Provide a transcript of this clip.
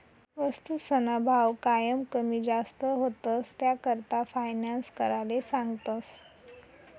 वस्तूसना भाव कायम कमी जास्त व्हतंस, त्याकरता फायनान्स कराले सांगतस